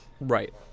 right